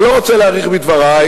אני לא רוצה להאריך בדברי,